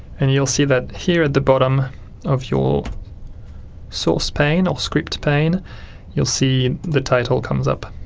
and you'll see that here at the bottom of your source pane or script pane you'll see the title comes up,